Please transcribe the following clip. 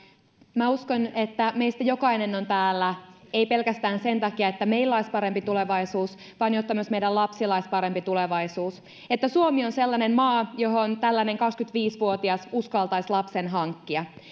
minä uskon että meistä jokainen on täällä ei pelkästään sen takia että meillä olisi parempi tulevaisuus vaan jotta myös meidän lapsilla olisi parempi tulevaisuus että suomi olisi sellainen maa johon tällainen kaksikymmentäviisi vuotias uskaltaisi lapsen hankkia